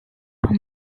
for